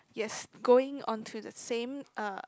yes going onto the same uh